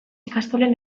ikastolen